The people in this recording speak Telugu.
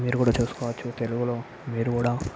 మీరు కూడ చూసుకోవచ్చు తెలుగులో మీరు కూడ